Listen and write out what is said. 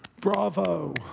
Bravo